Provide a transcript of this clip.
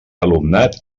alumnat